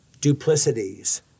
duplicities